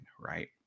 right